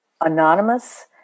anonymous